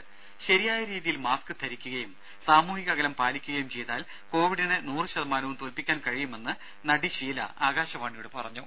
രുര ശരിയായ രീതിയിൽ മാസ്ക് ധരിക്കുകയും സാമൂഹിക അകലം പാലിക്കുകയും ചെയ്താൽ കോവിഡിനെ നൂറ് ശതമാനവും തോൽപ്പിക്കാൻ കഴിയുമെന്ന് നടി ഷീല ആകാശവാണിയോട് പറഞ്ഞു